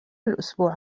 الأسبوع